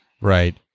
Right